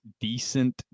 decent